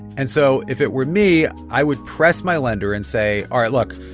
and so if it were me, i would press my lender and say, all right, look,